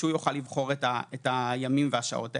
שהוא יוכל לבחור את הימים ואת השעות האלה.